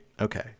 Okay